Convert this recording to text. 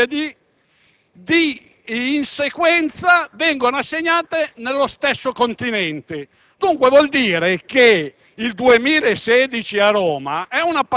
Sappiamo che le Olimpiadi del 2012 sono assegnate alla città di Londra. Mai, nella storia moderna delle Olimpiadi,